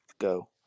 go